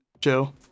Joe